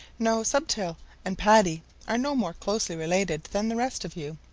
no. stubtail and paddy are no more closely related than the rest of you.